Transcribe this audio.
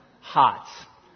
Hot